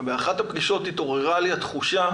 ובאחת הפגישות התעוררה לי התחושה